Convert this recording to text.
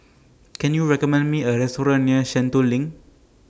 Can YOU recommend Me A Restaurant near Sentul LINK